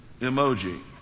emoji